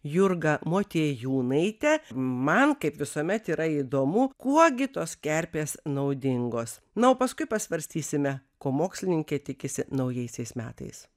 jurgą motiejūnaitę man kaip visuomet yra įdomu kuo gi tos kerpės naudingos na o paskui pasvarstysime ko mokslininkė tikisi naujaisiais metais